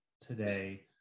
today